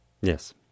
Yes